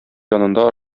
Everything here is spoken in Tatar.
янында